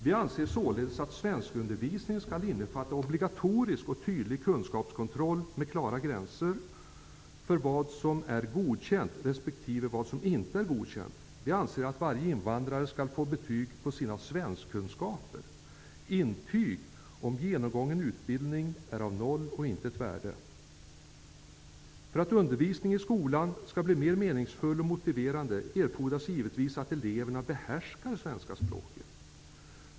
Vi anser således att svenskundervisningen skall innefatta obligatorisk och tydlig kunskapskontroll, med klara gränser för vad som är godkänt respektive vad som inte är godkänt. Vi anser att varje invandrare skall få betyg på sina svenskkunskaper. Intyg om genomgången utbildning är av noll och intet värde. För att undervisningen i skolan skall bli mer meningsfull och motiverande erfordras givetvis att eleverna behärskar svenska språket.